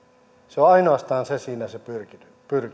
ainoastaan se on siinä pyrkimys